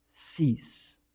Cease